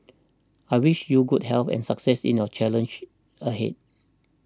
I wish you good health and success in your challenges ahead